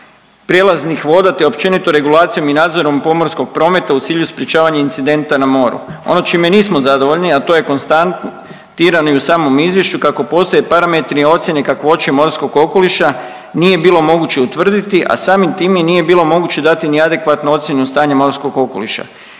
prijelaznih voda te općenito regulacijom i nadzorom pomorskog prometa u cilju sprječavanja incidenta na moru. Ono čime nismo zadovoljni, a to je konstatirano i u samom izvješću kako postoje parametri i ocjene kakvoće morskog okoliša nije bilo moguće utvrditi, a samim time nije bilo moguće dati ni adekvatnu ocjenu stanja morskog okoliša.